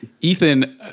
Ethan